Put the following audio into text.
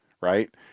right